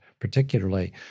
particularly